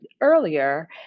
earlier